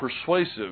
persuasive